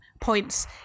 points